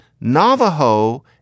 Navajo